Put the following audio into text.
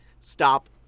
stop